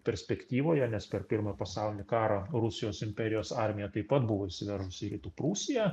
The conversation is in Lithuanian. perspektyvoje nes per pirmą pasaulinį karą rusijos imperijos armija taip pat buvo įsiveržusi į rytų prūsiją